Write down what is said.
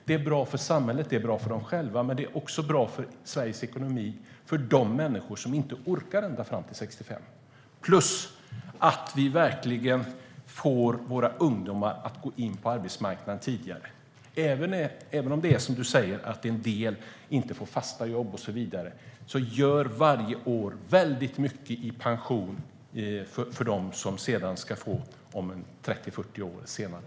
Det är bra för samhället, det är bra för dem själva och det är bra för Sveriges ekonomi och de människor som inte orkar ända fram till 65 - plus att vi får våra ungdomar att gå in på arbetsmarknaden tidigare. Även om det är som du säger att en del inte får fasta jobb och så vidare gör varje år mycket för dem som ska få pension 30-40 år senare.